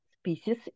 species